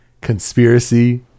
conspiracy